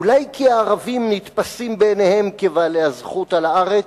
אולי כי הערבים נתפסים בעיניהם כבעלי הזכות על הארץ.